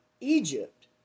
Egypt